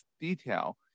detail